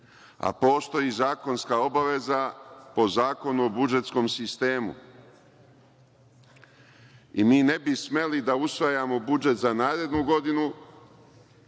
a postoji zakonska obaveza po Zakonu o budžetskom sistemu. Mi ne bi smeli da usvajamo budžet za narednu godinu,